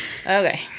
Okay